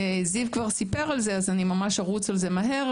זיו כבר סיפר על זה אז אני ארוץ על זה מהר.